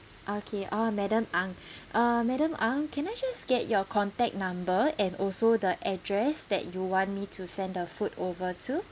okay ah madam ang uh madam ang can I just get your contact number and also the address that you want me to send the food over to